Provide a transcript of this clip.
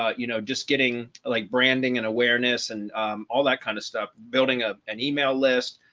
ah you know, just getting like branding and awareness and all that kind of stuff, building up an email list,